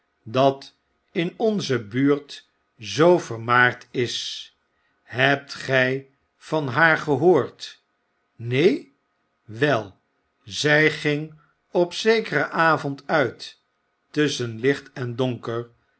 dat in onze buurt zoovermaard is hebt gij van haar gehoord neen wei zy ging op zekeren avond uit tusschen licht en donker